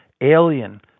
alien